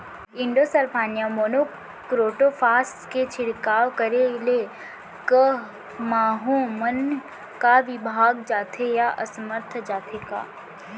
Endosulfan या monocrotophos के छिड़काव करे ले क माहो मन का विभाग जाथे या असमर्थ जाथे का?